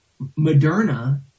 Moderna